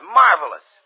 marvelous